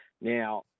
Now